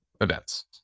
events